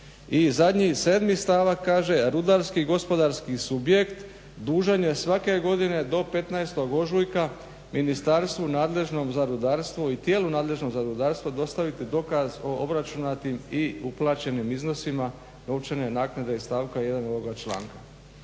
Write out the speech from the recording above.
zadnji 7. stavak kaže rudarski gospodarski subjekt dužan je svake godine do 15. ožujka ministarstvu nadležnom za rudarstvo i tijelu nadležnom za rudarstvo dostaviti dokaz o obračunatim i uplaćenim iznosima novčane naknade iz stavka 1. ovoga članka.